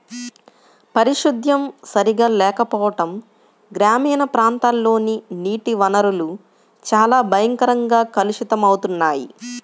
పారిశుద్ధ్యం సరిగా లేకపోవడం గ్రామీణ ప్రాంతాల్లోని నీటి వనరులు చాలా భయంకరంగా కలుషితమవుతున్నాయి